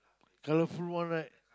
colourful one right